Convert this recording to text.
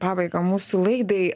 pabaigą mūsų laidai